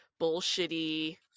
bullshitty